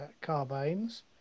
carbines